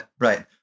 right